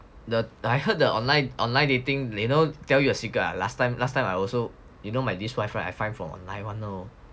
the I heard the online online dating you know tell you a secret ah last time last time I also you know my this wife [right] I find from online [one] know